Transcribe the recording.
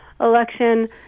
election